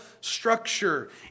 structure